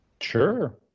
Sure